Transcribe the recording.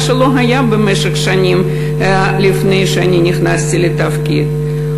מה שלא היה במשך שנים לפני שאני נכנסתי לתפקיד,